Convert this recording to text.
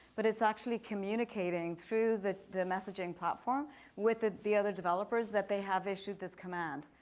but it's actually communicating through the the messaging platform with the other developers that they have issued this command.